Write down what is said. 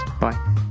Bye